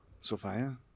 Sophia